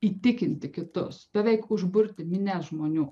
įtikinti kitus beveik užburti minias žmonių